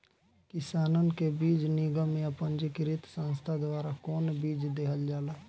किसानन के बीज निगम या पंजीकृत संस्था द्वारा कवन बीज देहल जाला?